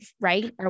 right